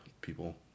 people